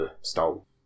Stole